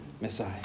Messiah